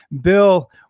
Bill